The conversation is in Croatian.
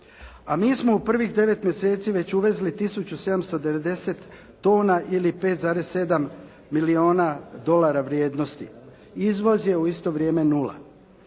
a mi smo u prvih 9 mjeseci već uvezli tisuću 790 tona ili 5,7 milijona dolara vrijednosti. Izvoz je u isto vrijeme nula.